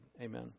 amen